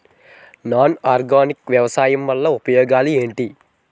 Non organic వ్యవసాయం వల్ల ఉపయోగాలు ఏంటీ?